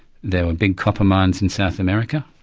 there were big copper mines in south america.